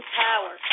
power